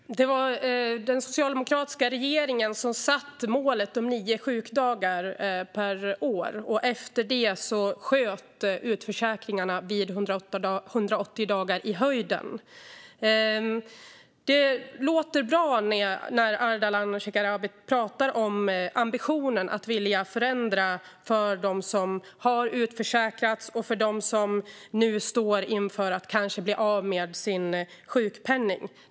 Fru talman! Det var den socialdemokratiska regeringen som satte målet om nio sjukdagar per år. Efter det sköt utförsäkringarna vid 180 dagar i höjden. Det låter bra när Ardalan Shekarabi pratar om ambitionen att vilja förändra för dem som har utförsäkrats och för dem som nu står inför att kanske bli av med sin sjukpenning.